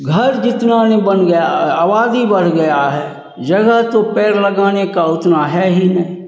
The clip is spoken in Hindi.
घर जितना नी बन गया आबादी बढ़ गया है जगह तो पेड़ लगाने का उतना है ही नहीं